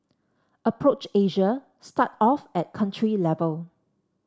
approach Asia start off at country level